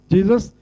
Jesus